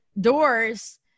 doors